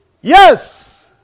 Yes